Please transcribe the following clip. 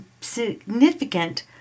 significant